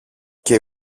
και